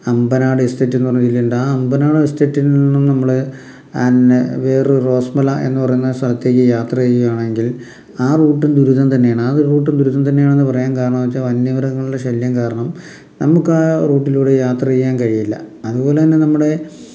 അമ്പനാട് ഇസ്തറ്റന്ന് പറഞ്ഞാലുണ്ട് ആ അമ്പനാട് ഇസ്തറ്റിൽ നിന്നും നമ്മൾ പിന്നെ വേറൊരു റോസ്മല എന്ന് പറയുന്ന സ്ഥലത്തേക്ക് യാത്ര ചെയ്യുകയാണെങ്കിൽ ആ റൂട്ടും ദുരിതം തന്നെയാണ് ആ ഒരു റൂട്ടും ദുരിതം തന്നെയാണെന്ന് പറയാൻ കാരണമെന്ന് വെച്ചാൽ വന്യമൃഗങ്ങളുടെ ശല്യം കാരണം നമുക്ക് ആ റൂട്ടിലൂടെ യാത്ര ചെയ്യാൻ കഴിയില്ല അതുപോലെ തന്നെ നമ്മുടെ